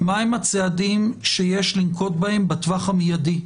מהם הצעדים שיש לנקוט בהם בטווח המיידי,